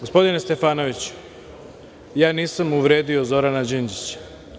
Gospodine Stefanoviću, ja nisam uvredio Zorana Đinđića.